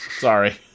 Sorry